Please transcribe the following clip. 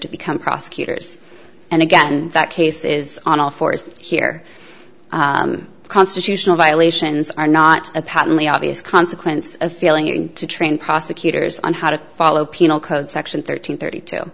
to become prosecutors and again that case is on all fours here constitutional violations are not a patently obvious consequence of feeling to train prosecutors on how to follow penal code section thirteen thirty two